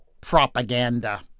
propaganda